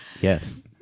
yes